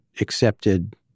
accepted